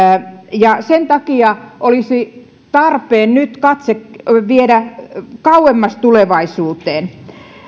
riittävät sen takia olisi tarpeen viedä katse nyt kauemmas tulevaisuuteen